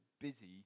busy